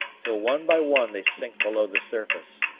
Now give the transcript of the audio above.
till one by one they sink below the surface.